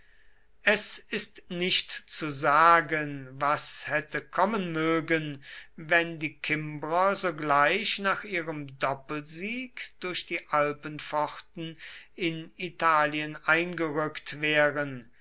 es ist nicht zu sagen was hätte kommen mögen wenn die kimbrer sogleich nach ihrem doppelsieg durch die alpenpforten in italien eingerückt wären